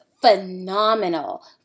phenomenal